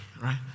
right